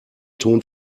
ton